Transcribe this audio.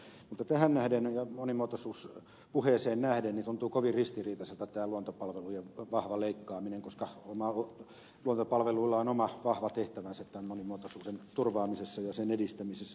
mutta tähän nähden ja monimuotoisuuspuheeseen nähden tuntuu kovin ristiriitaiselta tämä luontopalvelujen vahva leikkaaminen koska luontopalveluilla on oma vahva tehtävänsä tämän monimuotoisuuden turvaamisessa ja sen edistämisessä suomessa